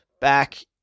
back